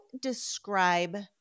describe